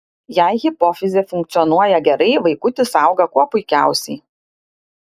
jei hipofizė funkcionuoja gerai vaikutis auga kuo puikiausiai